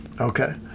Okay